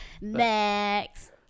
Next